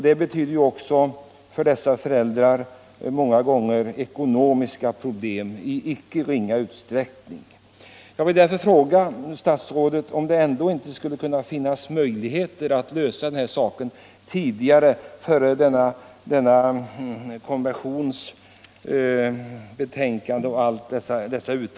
Det betyder för dessa föräldrar många gånger ekonomiska problem i icke ringa utsträckning. Därför vill jag fråga statsrådet om det inte skulle kunna finnas möjligheter att lösa detta problem innan de här omnämnda utredningarna är klara.